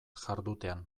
jardutean